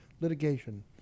litigation